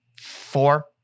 four